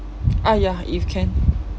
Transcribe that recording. ah ya if can